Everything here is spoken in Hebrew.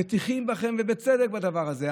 מטיחים בכם, ובצדק בדבר הזה.